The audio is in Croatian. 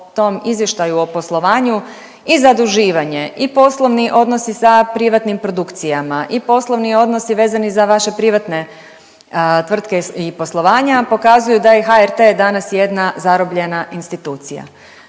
izvještaju o poslovanju i zaduživanje i poslovni odnosi sa privatnim produkcijama i poslovni odnosi vezani za vaše privatne tvrtke i poslovanja pokazuju da je HRT danas jedna zarobljena institucija.